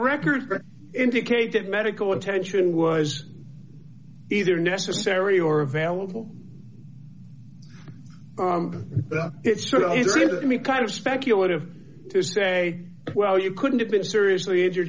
records indicate that medical attention was either necessary or available it's sort of easier to me kind of speculative to say well you couldn't have been seriously injured